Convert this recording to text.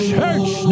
Church